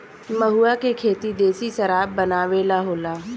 महुवा के खेती देशी शराब बनावे ला होला